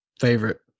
favorite